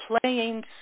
playing